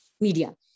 media